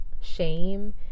shame